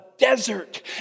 desert